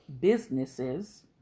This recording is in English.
businesses